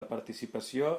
participació